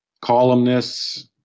columnists